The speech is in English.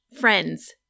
Friends